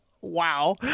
wow